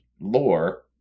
lore